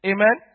Amen